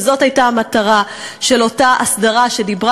וזאת הייתה המטרה של אותה הסדרה שדיברה